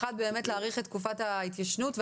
האחד הוא להאריך את תקופת ההתיישנות.